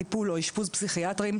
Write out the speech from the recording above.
טיפול או אשפוז פסיכיאטריים,